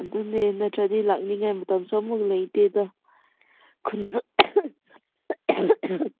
ꯑꯗꯨꯅꯦ ꯅꯠꯇ꯭ꯔꯗꯤ ꯂꯥꯛꯅꯤꯡꯉꯥꯏ ꯃꯇꯝꯁꯨ ꯑꯃꯨꯛ ꯂꯩꯇꯦꯗ ꯈꯨꯟꯁꯨ